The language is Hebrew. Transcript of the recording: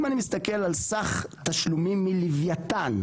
אם אני מסתכל על סך תשלומים מלווייתן,